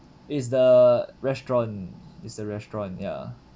is the restaurant is the restaurant ya